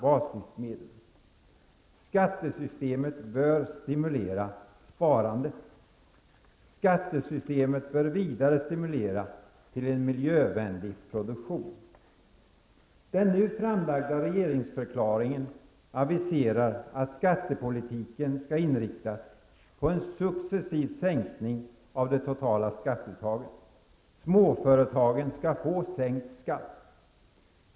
Skattesystemet bör stimulera sparandet. Skattesystemet bör vidare stimulera till en miljövänlig produktion. Den nu framlagda regeringsförklaringen aviserar att skattepolitiken skall inriktas på en successiv sänkning av det totala skatteuttaget. Småföretagen skall få sänkt skatt.